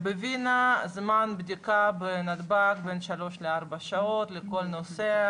בווינה זמן בדיקה בשדה התעופה בין שלוש לארבע שעות לכל נוסע,